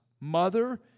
mother